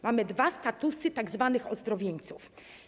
Mamy dwa statusy tzw. ozdrowieńców.